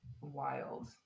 wild